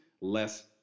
less